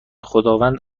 خداوند